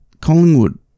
Collingwood